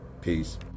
Peace